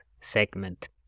segment